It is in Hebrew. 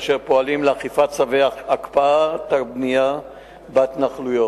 אשר פועלים לאכיפת צווי הקפאת הבנייה בהתנחלויות.